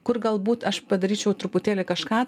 kur galbūt aš padaryčiau truputėlį kažką